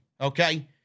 okay